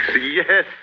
Yes